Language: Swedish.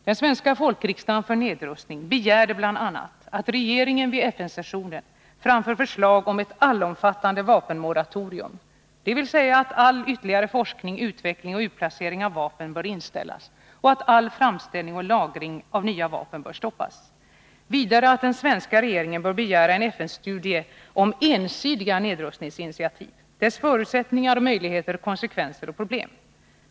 Den svenska folkriksdagen för nedrustning begärde bl.a. att regeringen vid FN-sessionen framför förslag om ett allomfattande vapenmoratorium, dvs. att all ytterligare forskning, utveckling och utplacering av vapen bör inställas och att all framställning och lagring av nya vapen bör stoppas. Vidare bör den svenska regeringen begära en FN-studie om ensidiga nedrustningsinitiativ, deras förutsättningar, möjligheter, konsekvenser och problem.